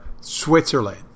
Switzerland